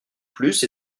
plus